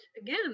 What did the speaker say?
again